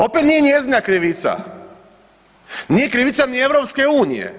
Opet nije njezina krivica, nije krivica ni EU.